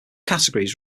categories